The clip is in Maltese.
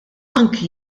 anki